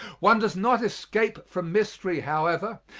one does not escape from mystery, however,